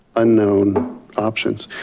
unknown options.